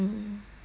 you lied